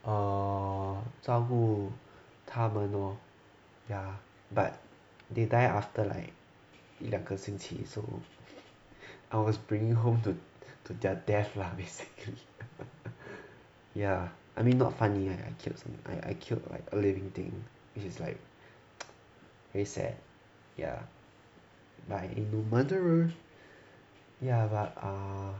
err 照顾他们 oh ya but they die after like 一两个星期 so I was bringing home to to their death lah basically ya I mean not funny I killed or something I I killed like a living thing which is like a bit sad ya like a murderer ya but err